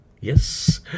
Yes